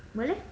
boleh